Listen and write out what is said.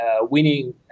winning